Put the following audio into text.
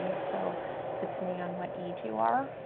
so depending on what age you are,